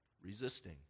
resisting